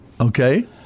Okay